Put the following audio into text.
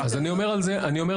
אז אני אומר על זה הלוואי,